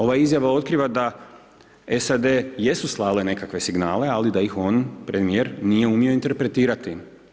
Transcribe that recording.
Ova izjava otkriva da SAD jesu slale nekakve signale, ali da ih on, premijer, nije umio interpretirati.